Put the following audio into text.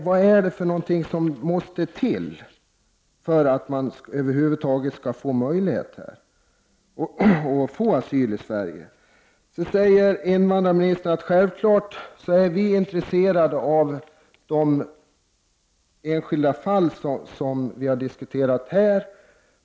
Vad är det som måste till för att en sådan människa över huvud taget skall få asyl i Sverige? Invandrarministern säger att hon självfallet är intresserad av de enskilda fall som vi har diskuterat här.